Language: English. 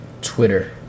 Twitter